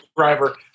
Driver